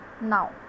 now